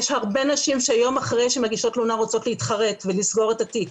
יש הרבה נשים שיום אחרי שהן מגישות תלונה רוצות להתחרט ולסגור את התיק,